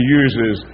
uses